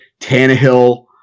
Tannehill